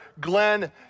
Glenn